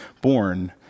born